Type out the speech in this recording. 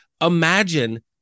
imagine